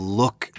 look